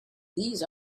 these